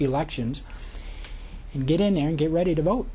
elections and get in there and get ready to vote